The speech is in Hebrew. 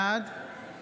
בעד